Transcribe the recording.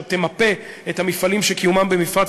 שעוד תמפה את המפעלים שקיומם במפרץ